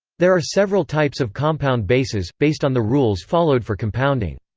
there are several types of compound bases, based on the rules followed for compounding.